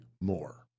more